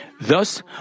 Thus